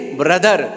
brother